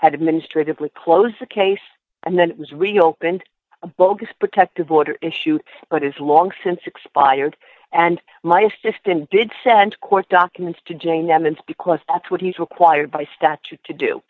had administratively closed the case and then it was reopened a bogus protective order issue but is long since expired and my assistant did send court documents to join them and because that's what he's required by statute to do